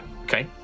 okay